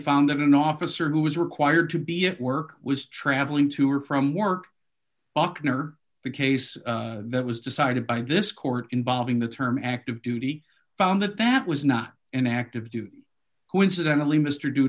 found that an officer who was required to be at work was travelling to or from work bachner the case that was decided by this court involving the term active duty found that that was not an active duty coincidentally mr due